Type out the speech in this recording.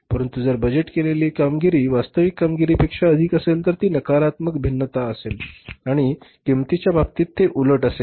परंतु जर बजेट केलेले कामगिरी वास्तविक कामगिरीपेक्षा अधिक असेल तर ती नकारात्मक भिन्नता असेल आणि किंमतीच्या बाबतीत ते उलट असेल